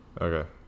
okay